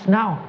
now